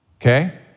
okay